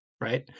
right